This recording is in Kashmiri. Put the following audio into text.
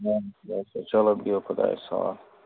چَلو بِہِو خۄدایس حَوال